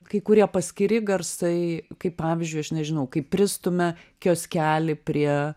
kai kurie paskiri garsai kaip pavyzdžiui aš nežinau kai pristumia kioskelį prie